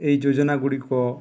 ଏଇ ଯୋଜନା ଗୁଡ଼ିକ